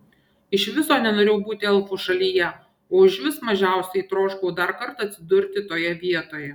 iš viso nenorėjau būti elfų šalyje o užvis mažiausiai troškau dar kartą atsidurti toje vietoje